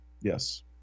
Yes